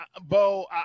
Bo